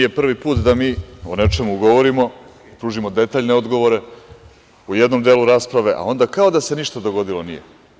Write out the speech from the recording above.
Nije prvi put da mi o nečemu govorimo, pružimo detaljne odgovore u jednom delu rasprave, a onda kao da se ništa dogodilo nije.